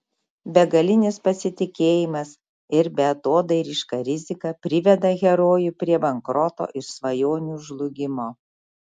begalinis pasitikėjimas ir beatodairiška rizika priveda herojų prie bankroto ir svajonių žlugimo